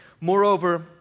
Moreover